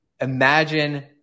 Imagine